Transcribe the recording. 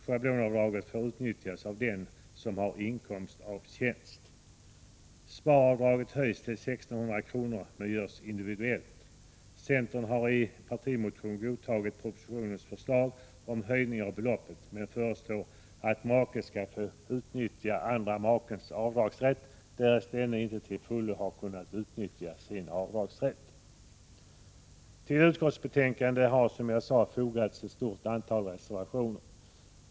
Schablonavdraget får utnyttjas av den som har inkomst av tjänst. Sparavdraget höjs till 1600 kr. och görs individuellt. Centern har i sin partimotion godtagit propositionens förslag om höjning av beloppet men föreslår att make skall få utnyttja den andre makens avdrag, därest denne inte till fullo har kunnat utnyttja detta. Till utskottsbetänkandet har, som jag sade, fogats ett stort antal reservationer.